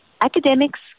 academics